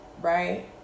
right